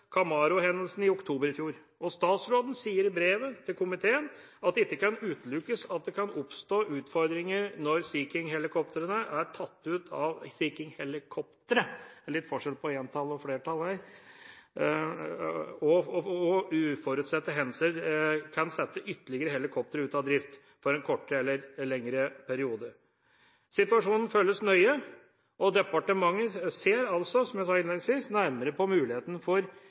i oktober i fjor. Og statsråden sier i brevet til komiteen at det ikke kan utelukkes at det kan oppstå utfordringer når Sea King-helikopteret er tatt ut av beredskap og uforutsette hendelser kan sette ytterligere helikoptre ute av drift for en kortere eller lengre periode. Situasjonen følges nøye, og departementet ser – som jeg sa innledningsvis – nærmere på muligheten for